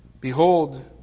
Behold